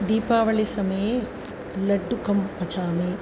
दीपावलिसमये लड्डुकं पचामि